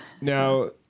Now